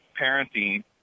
Parenting